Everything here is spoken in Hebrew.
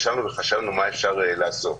ישבנו וחשבנו מה אפשר לעשות.